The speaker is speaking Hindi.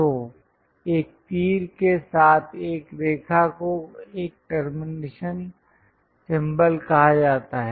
तो एक तीर के साथ एक रेखा को एक टर्मिनेशन सिंबल कहा जाता है